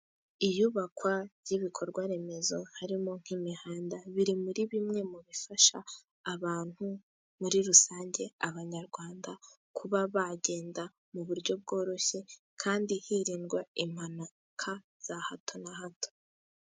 Iyubakwa ry'ibikorwa remezo harimo nk'imihanda biri muri bimwe mu bifasha abantu muri rusange, abanyarwanda kuba bagenda mu buryo bworoshye kandi hirindwa impanuka za hato na hato.